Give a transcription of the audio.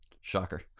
shocker